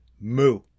moo